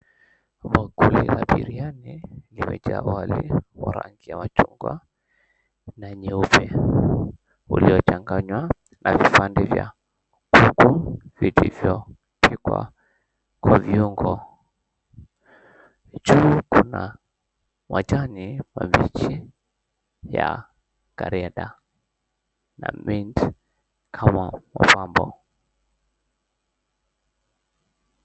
Bakuli la biriani nimeweka wali wa rangi ya machungwa na nyeupe. Uliochanganywa na vipande vya kuku vitivyo pikwa kwa viungo. Juu kuna majani mabichi ya karianda na mint kama mapambo.